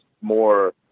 more